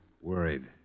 worried